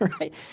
right